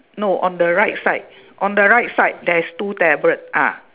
no on the right side on the right side there is two tablet ah